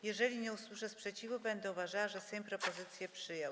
Jeżeli nie usłyszę sprzeciwu, będę uważała, że Sejm propozycję przyjął.